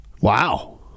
Wow